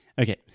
okay